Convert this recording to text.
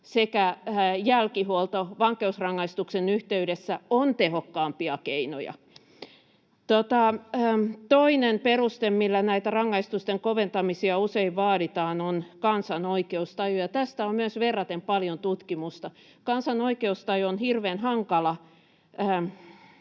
sekä jälkihuolto vankeusrangaistuksen yhteydessä ovat tehokkaampia keinoja. Toinen peruste, millä näitä rangaistusten koventamisia usein vaaditaan, on kansan oikeustaju, ja tästä on myös verraten paljon tutkimusta. Kansan oikeustaju on hirveän hankala